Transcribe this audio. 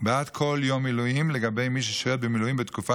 בעד כל יום מילואים לגבי מי ששירת במילואים בתקופה